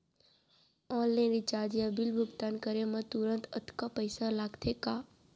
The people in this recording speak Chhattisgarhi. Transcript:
ऑनलाइन रिचार्ज या बिल भुगतान करे मा तुरंत अक्तहा पइसा लागथे का?